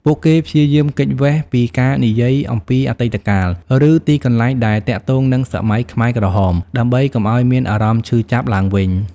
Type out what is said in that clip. ពួកគេព្យាយាមគេចវេះពីការនិយាយអំពីអតីតកាល ឬទីកន្លែងដែលទាក់ទងនឹងសម័យខ្មែរក្រហម ដើម្បីកុំឲ្យមានអារម្មណ៍ឈឺចាប់ឡើងវិញ។